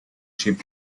ship